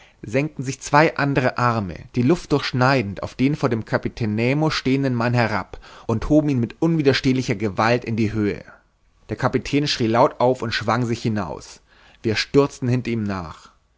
senkten sich zwei andere arme die luft durchschneidend auf den vor dem kapitän nemo stehenden mann herab und hoben ihn mit unwiderstehlicher gewalt in die höhe der kapitän schrie laut auf und schwang sich hinaus wir stürzten hinter ihm nach